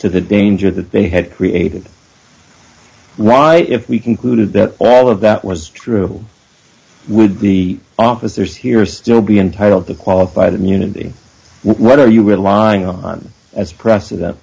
to the danger that they had created right if we concluded that all of that was true would the officers here still be entitled to qualified immunity what are you relying on as preceden